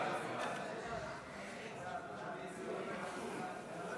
לביטחון לאומי בדבר פיצול הצעת חוק לייעול האכיפה והפיקוח